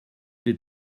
des